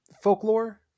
folklore